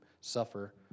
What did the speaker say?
suffer